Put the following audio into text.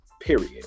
Period